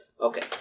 Okay